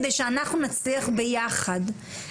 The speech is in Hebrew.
כדי שאנחנו נצליח ביחד.